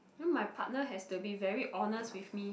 then my partner has to be very honest with me